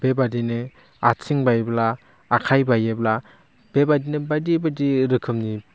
बेबायदिनो आइथिं बायब्ला आखाइ बायोब्ला बे बायदिनो बायदि बायदि रोखोमनि